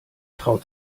traut